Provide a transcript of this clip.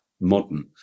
modern